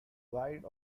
white